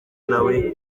nawe